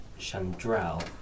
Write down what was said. Chandral